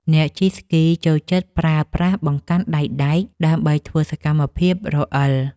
អ្នកជិះស្គីចូលចិត្តប្រើប្រាស់បង្កាន់ដៃដែក ដើម្បីធ្វើសកម្មភាពរអិល។